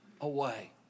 away